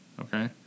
Okay